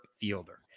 fielder